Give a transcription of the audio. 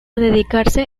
dedicarse